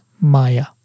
Maya